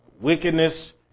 wickedness